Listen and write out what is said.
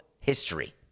history